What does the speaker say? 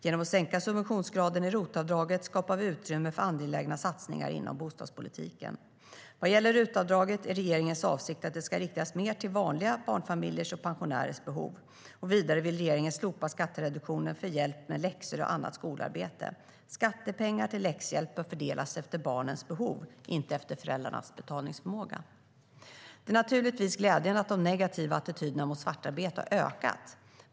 Genom att sänka subventionsgraden i ROT-avdraget skapar vi utrymme för angelägna satsningar inom bostadspolitiken. Vad gäller RUT-avdraget är regeringens avsikt att det ska riktas mer till vanliga barnfamiljers och pensionärers behov. Vidare vill regeringen slopa skattereduktionen för hjälp med läxor och annat skolarbete. Skattepengar till läxhjälp bör fördelas efter barnens behov, inte efter föräldrarnas betalningsförmåga. Det är naturligtvis glädjande att de negativa attityderna mot svartarbete har ökat.